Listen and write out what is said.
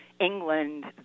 England